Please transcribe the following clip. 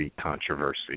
controversy